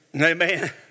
Amen